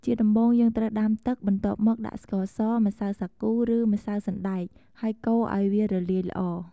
ជាដំបូង យើងត្រូវដាំទឹក បន្ទាប់មក ដាក់ស្ករស ម្សៅសាគូ ឬ ម្សៅសណ្តែក ហើយកូរឱ្យវារលាយល្អ។